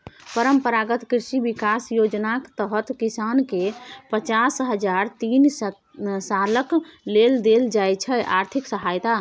परंपरागत कृषि बिकास योजनाक तहत किसानकेँ पचास हजार तीन सालक लेल देल जाइ छै आर्थिक सहायता